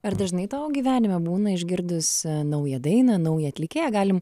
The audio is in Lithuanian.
ar dažnai tavo gyvenime būna išgirdus naują dainą naują atlikėją galim